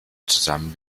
zusammen